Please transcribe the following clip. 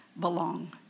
belong